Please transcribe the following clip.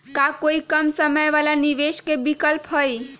का कोई कम समय वाला निवेस के विकल्प हई?